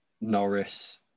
Norris